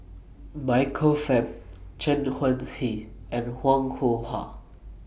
Michael Fam Chen Wen Hsi and Wong Yoon Wah